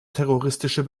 terroristische